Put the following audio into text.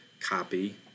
copy